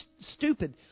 stupid